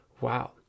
wow